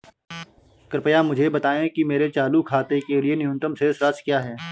कृपया मुझे बताएं कि मेरे चालू खाते के लिए न्यूनतम शेष राशि क्या है?